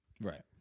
right